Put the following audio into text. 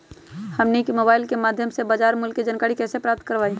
हमनी के मोबाइल के माध्यम से बाजार मूल्य के जानकारी कैसे प्राप्त करवाई?